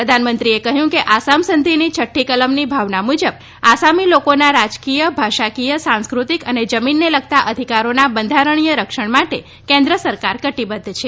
પ્રધાનમંત્રીએ કહ્યું કે આસામ સંધીની છઠ્ઠી કલમની ભાવના મુજબ આસામી લોકોના રાજકીય ભાષાકીય સાંસ્કૃતિક અને જમીનને લગતા અધિકારોના બંધારણીય રક્ષણ માટે કેન્દ્ર સરકાર કટીબદ્ધ છે